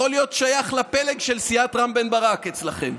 להיות שייך לפלג של סיעת רם בן ברק אצלכם,